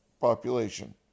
population